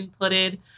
inputted